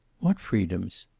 what freedoms?